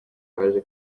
baje